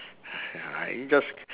I just